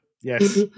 yes